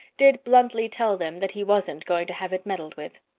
did bluntly tell them that he wasn't going to have it meddled with.